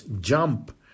jump